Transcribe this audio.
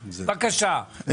בבקשה.